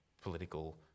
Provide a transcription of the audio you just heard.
political